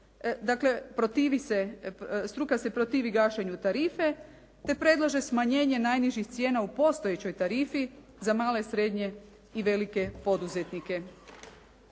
se, struka se protivi gašenju tarife, te predlaže smanjenje najnižih cijena u postojećoj tarifi za male, srednje i velike poduzetnike.